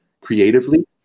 creatively